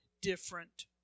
different